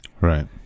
Right